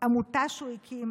עמותה שהוא הקים,